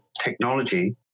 technology